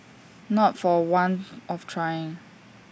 not for want of trying